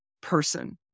person